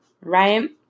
Right